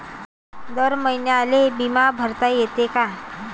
दर महिन्याले बिमा भरता येते का?